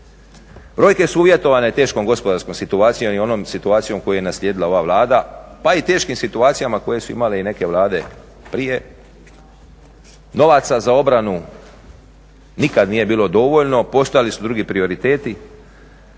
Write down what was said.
Brojke su uvjetovane teškom gospodarskom situacijom i onom situacijom koju je naslijedila ova Vlada pa i teškim situacijama koje su imale i neke Vlade prije. Novaca za obranu nikad nije bilo dovoljno, postojali su drugi prioriteti.